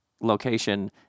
location